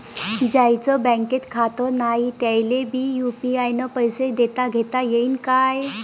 ज्याईचं बँकेत खातं नाय त्याईले बी यू.पी.आय न पैसे देताघेता येईन काय?